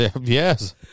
Yes